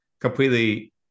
completely